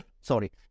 sorry